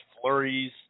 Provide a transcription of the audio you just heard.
flurries